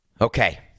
okay